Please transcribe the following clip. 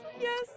Yes